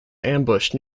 ambushed